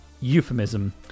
euphemism